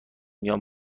بیام